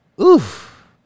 oof